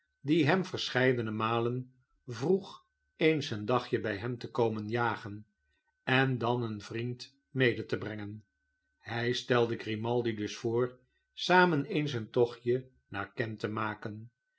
die hem vorscheidene malen vroeg eens een dag bij hem te komen jagen en dan een vriend mede te brengen hij stelde grimaldi dus voor samen eens een tochtje naar kent te maken